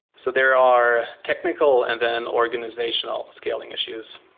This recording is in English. so there are technical and then organizational scaling issues.